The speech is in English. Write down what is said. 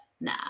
nah